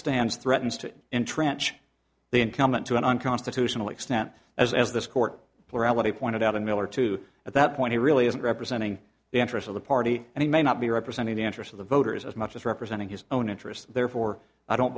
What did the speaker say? stands threatens to entrench the incumbent to an unconstitutional extent as as this court plurality pointed out and miller to at that point he really isn't representing the interests of the party and he may not be representing the interest of the voters as much as representing his own interests therefore i don't